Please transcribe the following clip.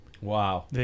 Wow